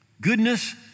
Goodness